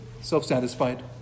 self-satisfied